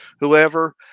whoever